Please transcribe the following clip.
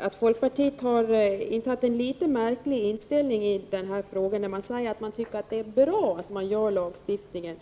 att folkpartiet har en något märklig inställning i denna fråga. Man säger ju att man tycker att det är bra med den här lagstiftningen.